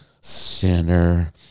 Sinner